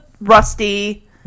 Rusty